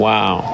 Wow